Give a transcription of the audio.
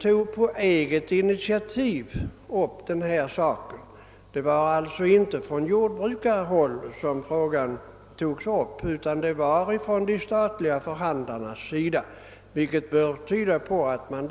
tog på eget initiativ upp frågan; den togs alltså inte upp från jordbrukarhåll. Det bör tyda på att de statliga förhandlarna inte ställer sig negativa till frågan.